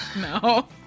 No